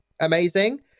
amazing